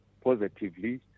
positively